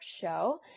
show